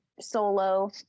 solo